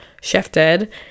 shifted